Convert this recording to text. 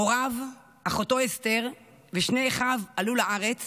הוריו, אחותו אסתר ושני אחיו עלו לארץ